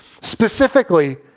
specifically